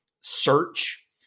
search